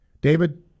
David